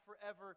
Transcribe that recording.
forever